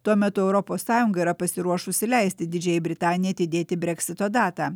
tuo metu europos sąjunga yra pasiruošusi leisti didžiajai britanijai atidėti breksito datą